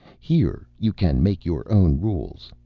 here you can make your own rules,